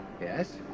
Yes